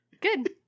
Good